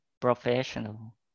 professional